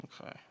Okay